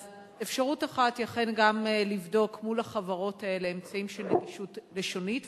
אז אפשרות אחת היא אכן לבדוק מול החברות האלה אמצעים של נגישות לשונית,